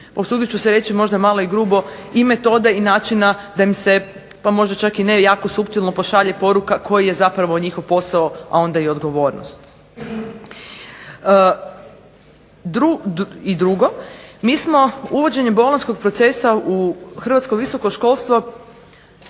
usudit ću se reći možda malo i grubo, i metode i način da im se pa možda čak i ne suptilno pošalje poruka koji je zapravo njihov posao a onda i odgovornost. I drugo, mi smo uvođenjem bolonjskog procesa u hrvatsko visoko školstvo,